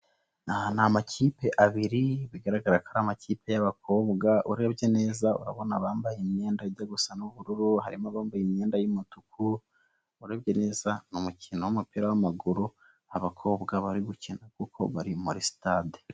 N'amakipe abiri bigaragara ko ari amakipe y'abakobwa, urebye neza urabona bambaye imyenda ijya gusa nu'ubururu, harimo abambaye imyenda y'umutuku, urebye neza ni umukino w'umupira w'amaguru abakobwa bari gukina kuko bari muri sitade.